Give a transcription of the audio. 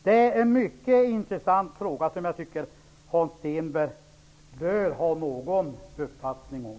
Det är en mycket intressant fråga som jag tycker att Hans Stenberg bör ha någon uppfattning om.